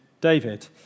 David